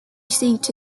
seat